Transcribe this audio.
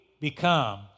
become